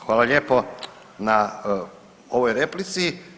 Hvala lijepo na ovoj replici.